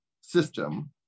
system